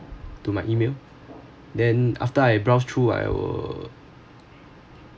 to my email then after I browsed through I will